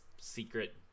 secret